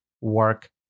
work